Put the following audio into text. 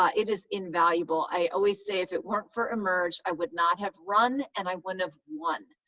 ah it is invaluable. i always say if it weren't for emerge i would not have run, and i wouldn't have won.